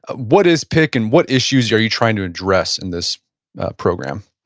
what is pick and what issues are you trying to address in this program?